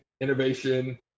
innovation